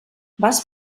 vas